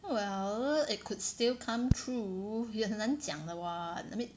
well it could still come true 也很难讲的 [what] I mean